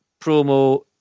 promo